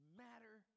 matter